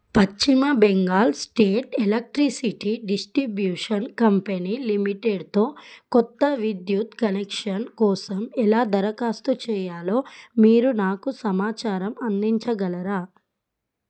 పశ్చిమ Bengal state electricity distribution company లిమిటెడ్తో కొత్త విద్యుత్ కనెక్షన్ కోసం ఎలా దరఖాస్తు చేయాలో మీరు నాకు సమాచారం అందించగలరా